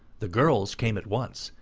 the girls came at once,